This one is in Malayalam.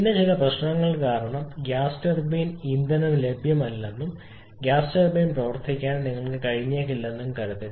പിന്നെ ചില പ്രശ്നങ്ങൾ കാരണം ഗ്യാസ് ടർബൈൻ ഇന്ധനം ലഭ്യമല്ലെന്നും ഗ്യാസ് ടർബൈൻ പ്രവർത്തിപ്പിക്കാൻ നിങ്ങൾക്ക് കഴിഞ്ഞേക്കില്ലെന്നും കരുതുക